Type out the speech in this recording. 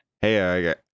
Hey